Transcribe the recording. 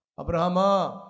Abraham